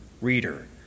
reader